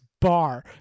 bar